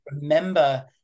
remember